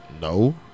No